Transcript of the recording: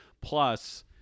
Plus